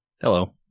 Hello